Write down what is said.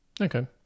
Okay